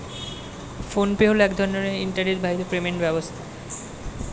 phone pay হলো এক ধরনের ইন্টারনেট বাহিত পেমেন্ট ব্যবস্থা